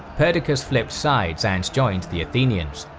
perdiccas flipped sides and joined the athenians.